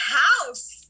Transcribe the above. house